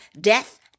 death